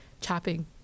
chopping